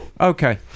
Okay